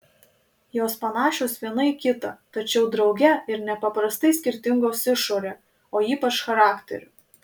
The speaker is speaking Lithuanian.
jos panašios viena į kitą tačiau drauge ir nepaprastai skirtingos išore o ypač charakteriu